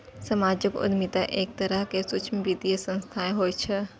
सामाजिक उद्यमिता एक तरहक सूक्ष्म वित्तीय संस्थान होइ छै